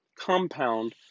compound